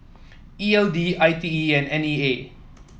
E L D I T E and N E A